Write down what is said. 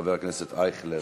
וחבר הכנסת אייכלר.